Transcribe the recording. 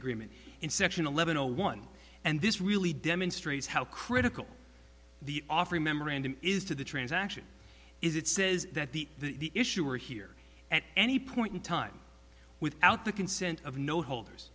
agreement in section eleven zero one and this really demonstrates how critical the offering memorandum is to the transaction is it says that the issuer here at any point in time without the consent of no holders